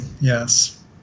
Yes